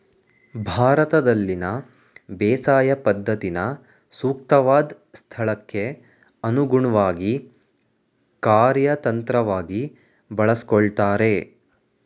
ಭಾರತದಲ್ಲಿನ ಬೇಸಾಯ ಪದ್ಧತಿನ ಸೂಕ್ತವಾದ್ ಸ್ಥಳಕ್ಕೆ ಅನುಗುಣ್ವಾಗಿ ಕಾರ್ಯತಂತ್ರವಾಗಿ ಬಳಸ್ಕೊಳ್ತಾರೆ